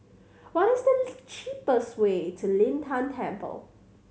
what is the cheapest way to Lin Tan Temple